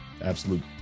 absolute